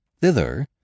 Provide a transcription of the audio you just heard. Thither